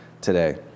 today